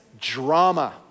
drama